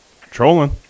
Trolling